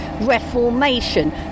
Reformation